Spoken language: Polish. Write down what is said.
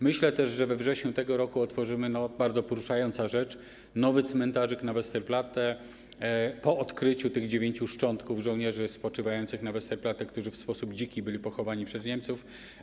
Myślę też, że we wrześniu tego roku otworzymy, bardzo poruszająca rzecz, nowy cmentarzyk na Westerplatte po odkryciu szczątków tych dziewięciu żołnierzy spoczywających na Westerplatte, którzy w sposób dziki byli pochowani przez Niemców.